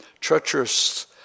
treacherous